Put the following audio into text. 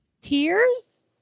Tears